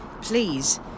Please